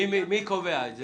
מי קובע את זה?